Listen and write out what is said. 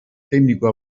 teknikoa